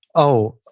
oh,